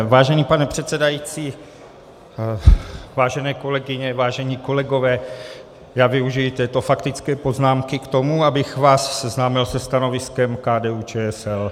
Vážený pane předsedající, vážené kolegyně, vážení kolegové, já využiji této faktické poznámky k tomu, abych vás seznámil se stanoviskem KDUČSL.